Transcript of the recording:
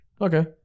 Okay